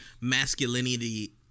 masculinity